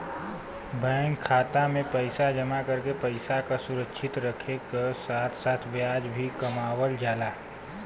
bank खाता में पैसा जमा करके पैसा क सुरक्षित रखे क साथ साथ ब्याज भी कमावल जाला